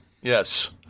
Yes